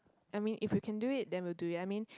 I mean if we can do it then we'll do it I mean